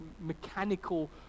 mechanical